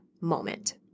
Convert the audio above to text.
moment